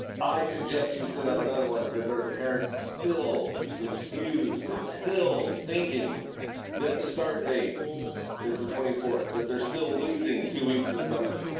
i suggest you send out another one because there are parents still confused and still thinking that the start date is the twenty fourth, that they're still losing two weeks of summer.